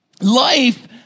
Life